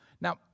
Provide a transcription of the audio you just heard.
Now